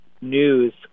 News